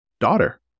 Daughter